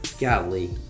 Golly